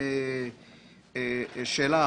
כותרות.